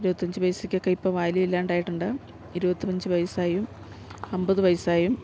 ഇരുപത്തഞ്ച് പൈസക്കൊക്കെ ഇപ്പം വാല്യൂ ഇല്ലാണ്ടായിട്ടുണ്ട് ഇരുപത്തഞ്ച് പൈസയും അൻപത് പൈസയും